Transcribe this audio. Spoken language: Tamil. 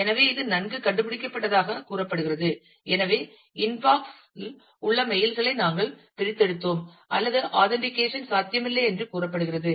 எனவே இது நன்கு கண்டுபிடிக்கப்பட்டதாகக் கூறப்படுகிறது எனவே இன்பாக்ஸில் உள்ள மெயில்களை நாங்கள் பிரித்தெடுத்தோம் அல்லது ஆதன்டிக்கேஷன் சாத்தியமில்லை என்று கூறப்படுகிறது